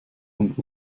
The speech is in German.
und